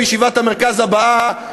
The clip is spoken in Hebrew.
בישיבת המרכז הבאה,